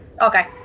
Okay